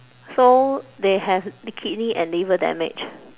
so they have the kidney and liver damage